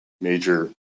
major